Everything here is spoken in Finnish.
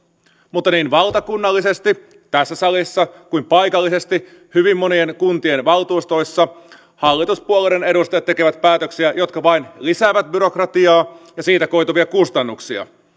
mutta niin valtakunnallisesti tässä salissa kuin paikallisesti hyvin monien kuntien valtuustoissa hallituspuolueiden edustajat tekevät päätöksiä jotka vain lisäävät byrokratiaa ja siitä koituvia kustannuksia